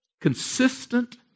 consistent